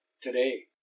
today